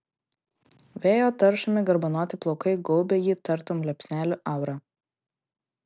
vėjo taršomi garbanoti plaukai gaubia jį tartum liepsnelių aura